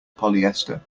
polyester